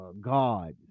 god